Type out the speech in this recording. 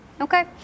Okay